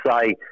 say